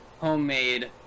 homemade